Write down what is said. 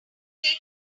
taken